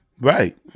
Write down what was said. Right